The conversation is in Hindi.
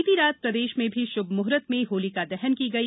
बीती रात प्रदेश में भी श्भमुहर्त में होलिका दहन की गई